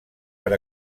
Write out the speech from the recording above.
per